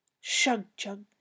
Shug-chug